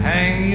Hang